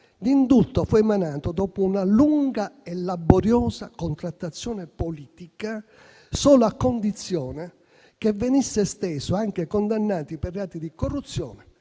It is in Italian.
l'indulto fu emanato dopo una lunga e laboriosa contrattazione politica, solo a condizione che venisse esteso anche ai condannati per reati di corruzione,